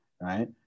right